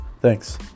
Thanks